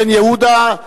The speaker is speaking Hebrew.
בן-יהודה,